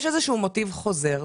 יש איזה מוטיב חוזר.